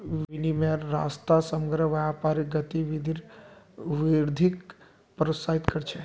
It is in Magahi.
विनिमयेर रास्ता समग्र व्यापारिक गतिविधित वृद्धिक प्रोत्साहित कर छे